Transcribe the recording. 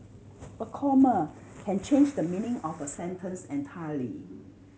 a comma can change the meaning of a sentence entirely